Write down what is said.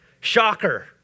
Shocker